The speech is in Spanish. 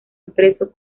impreso